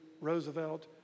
Roosevelt